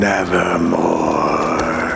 Nevermore